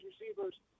receivers